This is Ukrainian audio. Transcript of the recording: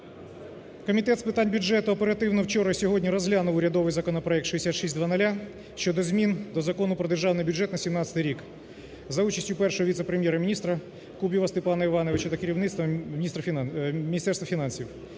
Комітет з питань бюджету оперативно вчора і сьогодні розглянути урядовий законопроект 6600 щодо змін до Закону України "Про Державний бюджет України на 2017 рік" за участю Першого віце-прем'єр-міністра Кубіва Степана Івановича та керівництва Міністерства фінансів.